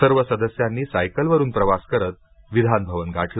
सर्व सदस्यांनी सायकलवरून प्रवास करत विधान भवन गाठलं